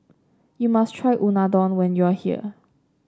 you must try Unadon when you are here